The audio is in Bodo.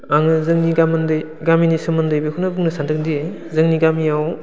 आङो जोंनि गामिनि सोमोन्दै बेखौनो बुंनो सानदोंदि जोंनि गामियाव